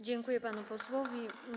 Dziękuję panu posłowi.